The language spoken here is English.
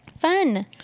Fun